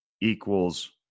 equals